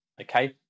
Okay